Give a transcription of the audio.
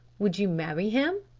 would you marry him?